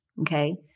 okay